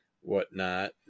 whatnot